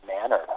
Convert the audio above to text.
manner